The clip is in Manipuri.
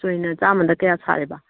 ꯆꯣꯏꯅ ꯆꯥꯝꯃꯗ ꯀꯌꯥ ꯁꯥꯔꯤꯕ